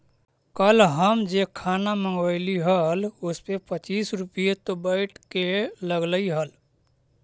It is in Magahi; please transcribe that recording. कल हम जे खाना मँगवइली हल उसपे पच्चीस रुपए तो वैट के लगलइ हल